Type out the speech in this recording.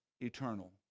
eternal